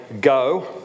go